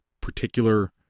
particular